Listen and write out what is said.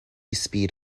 speed